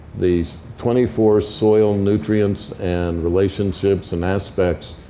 these twenty four soil nutrients, and relationships, and aspects,